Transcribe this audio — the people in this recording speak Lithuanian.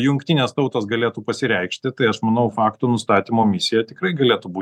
jungtinės tautos galėtų pasireikšti tai aš manau fakto nustatymo misija tikrai galėtų būt